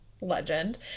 legend